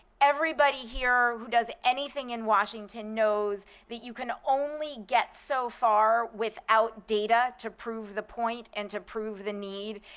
everybody here who does anything in washington knows that you can only get so far without data to prove the point and to prove the need.